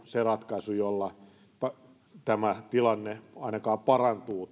se ratkaisu jolla tämä tilanne ainakaan parantuu